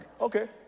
Okay